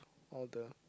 all the